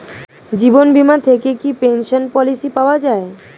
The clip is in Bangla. জীবন বীমা থেকে কি পেনশন পলিসি পাওয়া যায়?